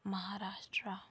Maharashtra